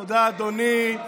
תודה, אדוני.